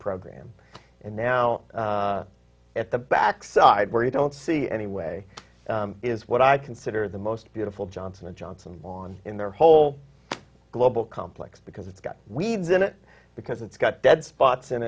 program and now at the back side where you don't see anyway is what i consider the most beautiful johnson and johnson lawn in their whole global complex because it's got weeds in it because it's got dead spots in